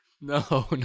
No